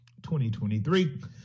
2023